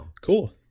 Cool